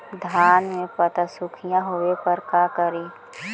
धान मे पत्सुखीया होबे पर का करि?